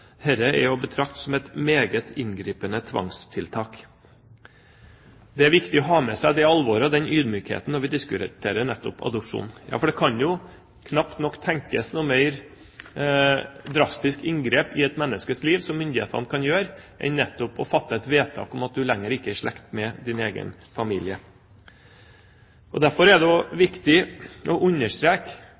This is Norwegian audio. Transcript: er å betrakte som et meget inngripende tvangstiltak. Det er viktig å ha med seg det alvoret og den ydmykheten når vi diskuterer nettopp adopsjon, for det kan jo knapt nok tenkes noe mer drastisk inngrep i et menneskes liv som myndighetene kan gjøre, enn nettopp å fatte et vedtak om at du ikke lenger er i slekt med din egen familie. Derfor er det